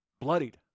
bloodied